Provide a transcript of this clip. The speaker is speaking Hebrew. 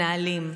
הנהלים,